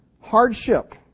hardship